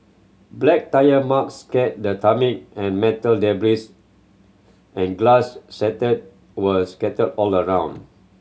black tyre marks scarred the tarmac and metal debris and glass shard were scattered all around